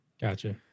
Gotcha